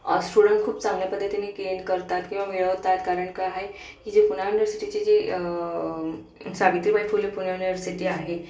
ऑस student खूप चांगल्या पद्धतीने गेन करतात किंवा मिळवतात कारण काय ही जी पुणे युनव्हर्सिटीची जी सावित्रीबाई फुले पुणे युनव्हर्सिटी आहे